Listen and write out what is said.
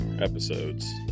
episodes